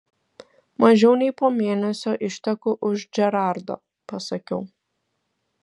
mažiau nei po mėnesio išteku už džerardo pasakiau